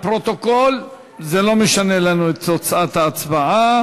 לפרוטוקול, זה לא משנה לנו את תוצאת ההצבעה.